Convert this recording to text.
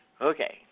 Okay